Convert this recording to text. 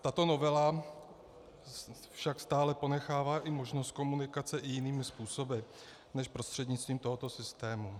Tato novela však stále ponechává možnost komunikace i jinými způsoby než prostřednictvím tohoto systému.